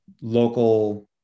local